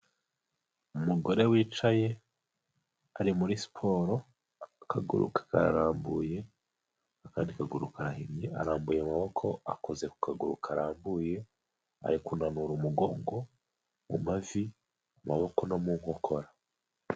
Umugore wicaye, ari muri siporo. Akaguru ke kararambuye, akandi kaguru karahinye arambuye amaboko akoze ku kaguru karambuye. Ari kunanura umugongo, mu mavi, amaboko no mu nkokora.